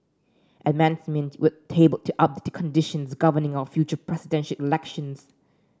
amendments were tabled to up the conditions governing our future Presidential Elections